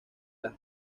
las